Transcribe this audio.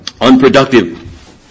unproductive